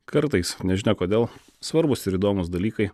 kartais nežinia kodėl svarbūs ir įdomūs dalykai